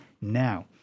now